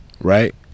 Right